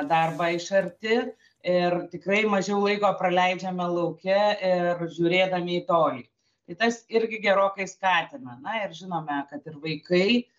darbą iš arti ir tikrai mažiau laiko praleidžiame lauke ir žiūrėdami į tolį tai tas irgi gerokai skatina na ir žinome kad ir vaikai